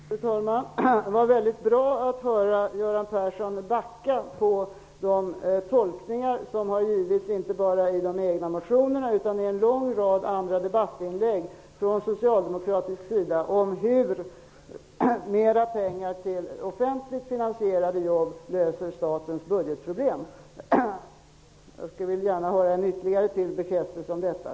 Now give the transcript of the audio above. Fru talman! Det var väldigt bra att Göran Persson backade på de tolkningar som har givits, inte bara i de egna motionerna utan i en lång rad andra debattinlägg från socialdemokratisk sida om hur mera pengar till offentligt finansierade jobb skall lösa statens budgetproblem. Jag skulle vilja ha ytterligare bekräftelse på detta.